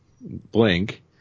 blink